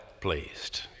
pleased